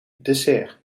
dessert